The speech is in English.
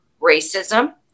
racism